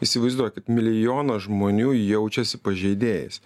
įsivaizduokit milijonas žmonių jaučiasi pažeidėjais